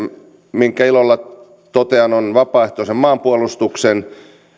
minkä ilolla totean on vapaaehtoisen maanpuolustuksen